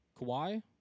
Kawhi